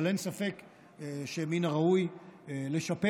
אבל אין ספק שמן הראוי לשפר